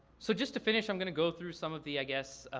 so just to finish i'm gonna go through some of the i guess,